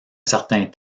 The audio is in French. certain